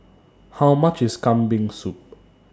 How much IS Kambing Soup